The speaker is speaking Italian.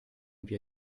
via